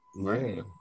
Right